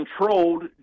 controlled